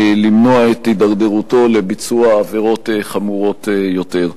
למנוע את הידרדרותו לביצוע עבירות חמורות יותר.